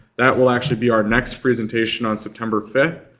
that will actually be our next presentation on september fifth.